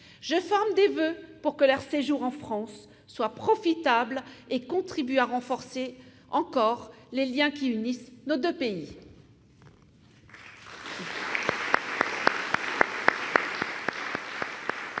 Je forme des voeux pour que leur séjour en France soit profitable et contribue à renforcer encore les liens qui unissent nos deux pays.